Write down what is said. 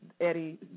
eddie